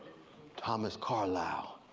thomas carlyle,